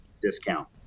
discount